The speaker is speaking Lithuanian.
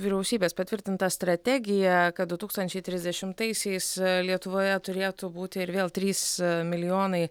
vyriausybės patvirtintą strategiją kad du tūkstančiai trisdešimtaisiais lietuvoje turėtų būti ir vėl trys milijonai